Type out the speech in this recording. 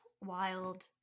wild